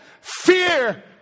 fear